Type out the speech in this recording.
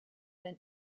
than